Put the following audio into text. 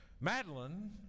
Madeline